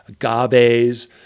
agaves